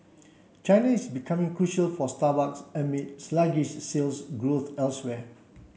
China is becoming crucial for Starbucks amid sluggish sales growth elsewhere